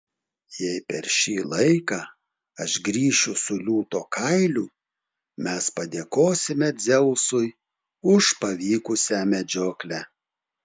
jei per šį laiką aš grįšiu su liūto kailiu mes padėkosime dzeusui už pavykusią medžioklę